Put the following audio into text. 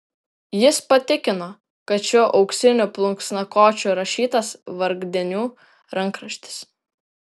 jis patikino kad šiuo auksiniu plunksnakočiu rašytas vargdienių rankraštis